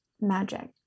magic